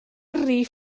rhif